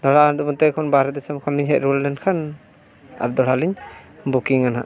ᱫᱟᱬᱟᱱ ᱵᱟᱦᱨᱮ ᱫᱤᱥᱚᱢ ᱠᱷᱚᱱ ᱞᱤᱧ ᱦᱮᱡ ᱞᱮᱱᱠᱷᱟᱱ ᱟᱨ ᱫᱚᱦᱲᱟᱞᱤᱧ ᱵᱩᱠᱤᱝᱟ ᱦᱟᱸᱜ